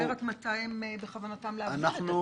מתי בכוונתכם להביא את התשובות?